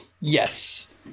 yes